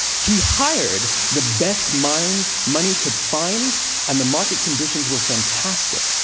he hired the best minds money could find and the market conditions were fantastic.